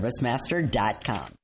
ServiceMaster.com